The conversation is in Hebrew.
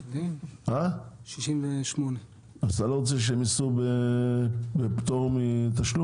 68. אתה לא רוצה שהם ייסעו בפטור מתשלום?